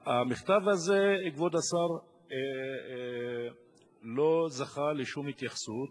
המכתב הזה, כבוד השר, לא זכה לשום התייחסות.